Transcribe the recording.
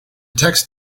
text